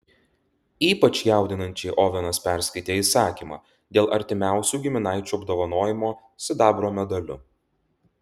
ypač jaudinančiai ovenas perskaitė įsakymą dėl artimiausių giminaičių apdovanojimo sidabro medaliu